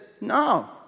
no